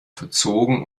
verzogen